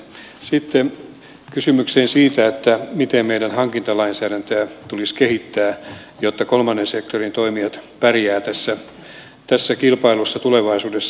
sitten kysymykseen siitä miten meidän hankintalainsäädäntöä tulisi kehittää jotta kolmannen sektorin toimijat pärjäävät tässä kilpailussa tulevaisuudessa